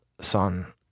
son